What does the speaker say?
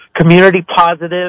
community-positive